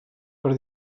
per